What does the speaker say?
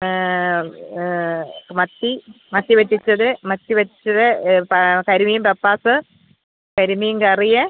മത്തി മത്തി പറ്റിച്ചത് മത്തി പറ്റിച്ചത് പ കരിമീൻ പപ്പാസ് കരിമീൻ കറി